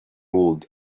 would